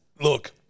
look